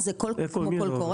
זה כמו קול קורא?